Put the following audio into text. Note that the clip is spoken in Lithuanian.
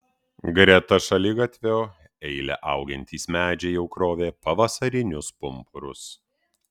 greta šaligatvio eile augantys medžiai jau krovė pavasarinius pumpurus